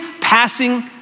passing